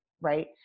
Right